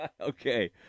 Okay